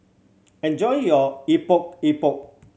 enjoy your Epok Epok